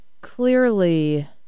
clearly